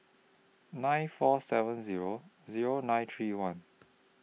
nine four seven Zero Zero nine three one